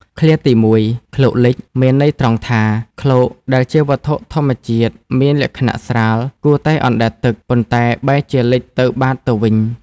ឃ្លាទីមួយ "ឃ្លោកលិច" មានន័យត្រង់ថា ឃ្លោកដែលជាវត្ថុធម្មជាតិមានលក្ខណៈស្រាល គួរតែអណ្ដែតទឹក ប៉ុន្តែបែរជាលិចទៅបាតទៅវិញ។